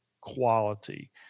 quality